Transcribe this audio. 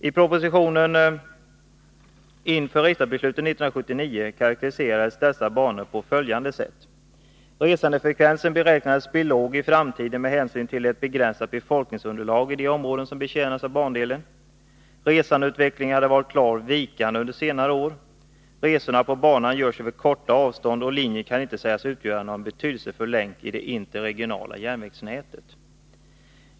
I propositio nen inför riksdagsbeslutet 1979 karakteriserades dessa banor på följande sätt: Resandeutvecklingen hade varit klart vikande under senare år. Resorna på banan görs över korta avstånd, och linjen kan inte sägas utgöra någon betydelsefull länk i det interregionala järnvägsnätet.